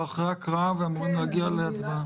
אני לא